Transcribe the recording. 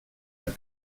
ein